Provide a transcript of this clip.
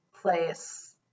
place